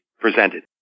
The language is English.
presented